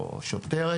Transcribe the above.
שוטרת